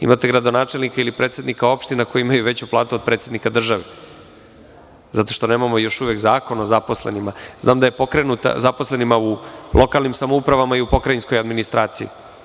Imate gradonačelnika ili predsednika opština koji imaju veću platu od predsednika države, zato što još uvek nemamo zakon o zaposlenima u lokalnim samoupravama i u pokrajinskoj administraciji.